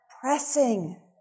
pressing